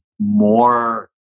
more